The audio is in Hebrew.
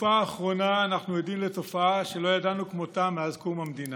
בתקופה האחרונה אנחנו עדים לתופעה שלא ידענו כמותה מאז קום המדינה,